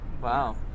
Wow